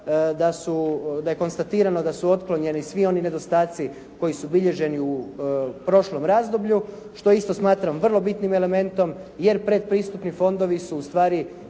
da je konstatirano da su otklonjeni svi oni nedostaci koji su bilježeni u prošlom razdoblju što isto smatram vrlo bitnim elementom jer predpristupni fondovi su ustvari